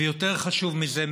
ויותר חשוב מזה,